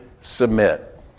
submit